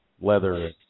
leather